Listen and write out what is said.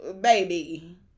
baby